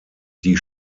die